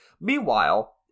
Meanwhile